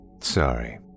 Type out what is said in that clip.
Sorry